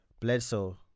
Bledsoe